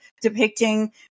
depicting